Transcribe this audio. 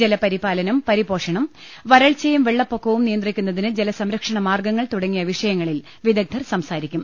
ജലപരിപാലനം പരിപോഷണം വരൾച്ചയും വെള്ളപ്പൊക്കവും നിയന്ത്രിക്കുന്നതിന് ജലസംര ക്ഷണ മാർഗങ്ങൾ തുടങ്ങിയ വിഷയങ്ങളിൽ വിദഗ്ധർ സംസാ രിക്കും